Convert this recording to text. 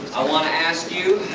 i want to ask you,